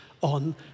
on